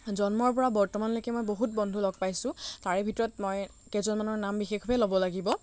জন্মৰ পৰা বৰ্তমানলৈকে মই বহুত বন্ধু লগ পাইছোঁ তাৰে ভিতৰত মই কেইজনমানৰ নাম বিশেষভাৱে ল'ব লাগিব